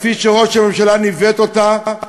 כפי שראש הממשלה ניווט אותה,